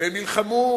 והם נלחמו,